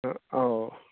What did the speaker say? ꯑꯥ ꯑꯧ